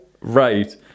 Right